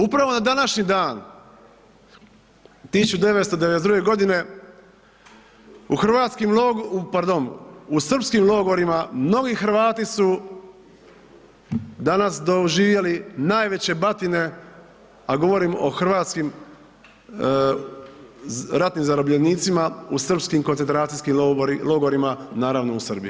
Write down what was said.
Upravo na današnji dan 1992. godine u hrvatskim logorima, pardon u srpskim logorima mnogi Hrvati su danas doživjeli najveće batine, a govorim o hrvatskim ratnim zarobljenicima u srpskim koncentracijskim logorima naravno u Srbiji.